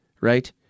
right